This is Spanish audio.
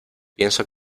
pienso